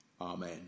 Amen